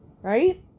Right